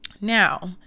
Now